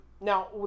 Now